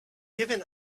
given